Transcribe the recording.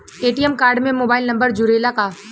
ATM card में mobile number जुरेला का?